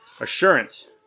assurance